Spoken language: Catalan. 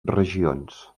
regions